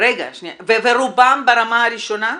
ורובם ברמה הראשונה?